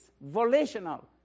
volitional